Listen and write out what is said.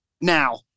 Now